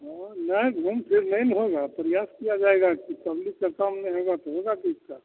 हँ नहीं घूम फिर नहीं ना होगा प्रयास किया जाएगा कि पब्लिक का काम नहीं होगा तो होगा किसका